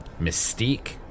mystique